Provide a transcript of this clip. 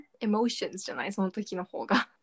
emotions,じゃないその時の方が